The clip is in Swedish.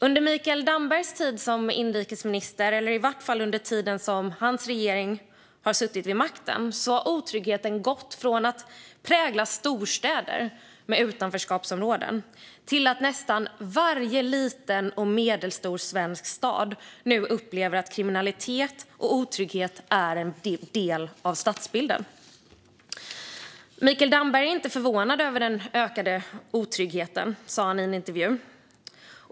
Under Mikael Dambergs tid som inrikesminister eller i vart fall under tiden som hans regering har suttit vid makten har otryggheten gått från att prägla storstäder med utanförskapsområden till att nästan varje liten och medelstor svensk stad nu upplever att kriminalitet och otrygghet är en del av stadsbilden. Mikael Damberg är inte förvånad över den ökade otryggheten, sa han i en intervju.